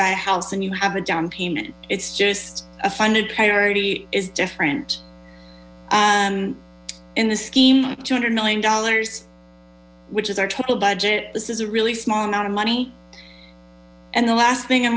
buy a house and you have a down payment it's just a funded priority is different in the scheme two hundred million dollars which is our total budget this is a really small amount of money and the last thing i'm